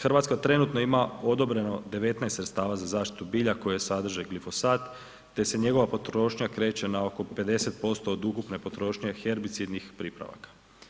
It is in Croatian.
Hrvatska trenutno ima odobreno 19 sredstava za zaštitu bilja koje sadrže glifosat te se njegova potrošnja kreće na oko 50% od ukupne potrošnje herbicidnih pripravaka.